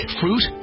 fruit